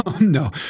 no